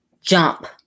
jump